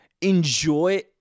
enjoy